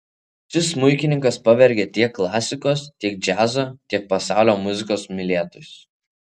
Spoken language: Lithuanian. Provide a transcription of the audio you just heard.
šis smuikininkas pavergia tiek klasikos tiek džiazo tiek pasaulio muzikos mylėtojus